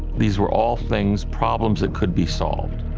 these were all things, problems, that could be solved.